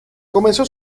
comenzó